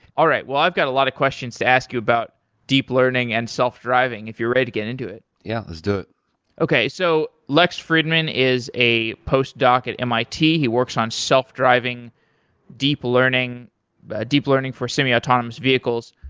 all right, i've got a lot of questions to ask you about deep learning and self-driving if you're ready to get into it. yeah, let's do it. okay. so lex friedman is a postdoc at mit. he works on self-driving deep learning ah deep learning for semiautonomous vehicles.